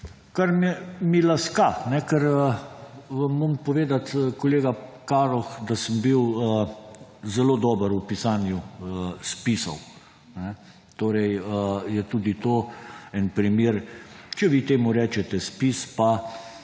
kar mi laska, ker vam moram povedati, kolega Kaloh, da sem bil zelo dober v pisanju spisov. Torej je tudi to en primer, če vi temu rečete spis, pa